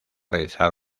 realizar